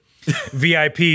VIP